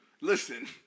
listen